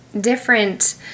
different